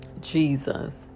Jesus